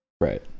right